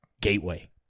gateway